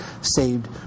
saved